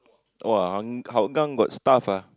[wah] Ang~ Hougang got stuff ah